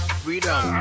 freedom